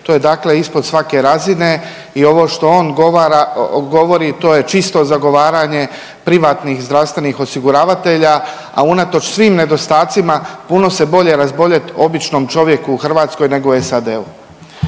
To je dakle ispod svake razine i ovo što on govori, to je čisto zagovaranje privatnih zdravstvenih osiguravatelja, a unatoč svim nedostacima, puno se bolje razboljeti običnom čovjeku u Hrvatskoj nego u SAD-u.